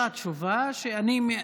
נתתי לך תשובה שאני,